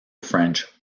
french